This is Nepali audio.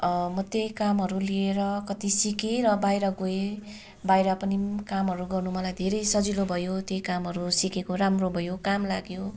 म त्यही कामहरू लिएर कति सिकेर बाहिर गएँ बाहिर पनि कामहरू गर्नु मलाई धेरै सजिलो भयो त्यही कामहरू सिकेको राम्रो भयो काम लाग्यो